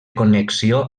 connexió